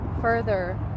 further